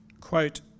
quote